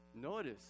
Notice